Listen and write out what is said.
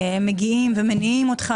מניעים אותך,